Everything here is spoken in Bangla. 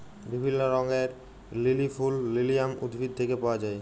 বিভিল্য রঙের লিলি ফুল লিলিয়াম উদ্ভিদ থেক্যে পাওয়া যায়